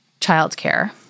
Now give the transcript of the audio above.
childcare